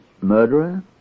Murderer